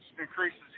increases